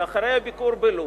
שאחרי הביקור בלוב,